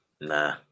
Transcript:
Nah